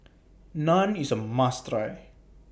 Naan IS A must Try